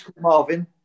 Marvin